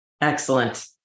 Excellent